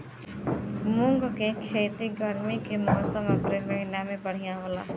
मुंग के खेती गर्मी के मौसम अप्रैल महीना में बढ़ियां होला?